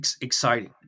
exciting